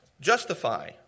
justify